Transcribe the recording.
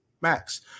Max